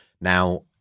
Now